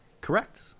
Correct